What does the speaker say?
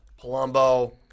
Palumbo